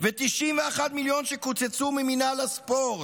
ו-91 מיליון שקוצצו ממינהל הספורט,